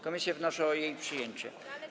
Komisje wnoszą o jej przyjęcie.